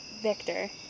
Victor